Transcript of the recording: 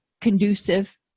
conducive